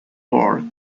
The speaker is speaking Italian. ford